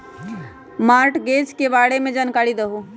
Mortgage के बारे में जानकारी देहु?